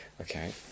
okay